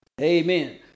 Amen